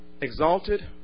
exalted